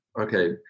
okay